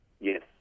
yes